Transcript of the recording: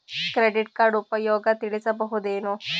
Credit card ಉಪಯೋಗ ತಿಳಸಬಹುದೇನು?